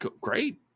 great